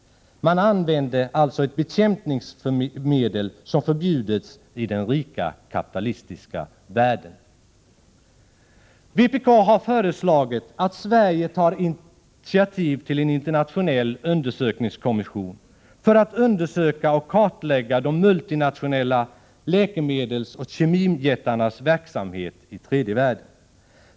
Man använde alltså ett bekämpningsmedel som förbjudits i den rika kapitalistiska världen. Vpk har föreslagit att Sverige tar initiativ till en internationell undersökningskommission för att undersöka och kartlägga de multinationella läkemedelsoch kemijättarnas verksamhet i tredje världen.